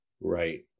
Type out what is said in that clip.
Right